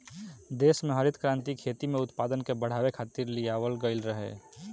देस में हरित क्रांति खेती में उत्पादन के बढ़ावे खातिर लियावल गईल रहे